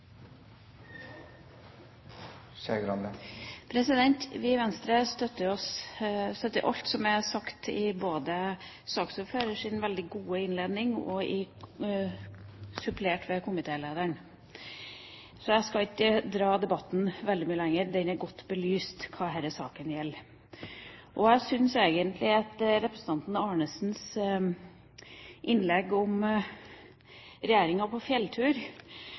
sagt i saksordførerens veldig gode innledning, supplert av komitélederen. Jeg skal ikke dra debatten veldig mye lenger, den har belyst godt hva denne saken gjelder. Jeg syns egentlig representanten Arnesens innlegg om regjeringa på fjelltur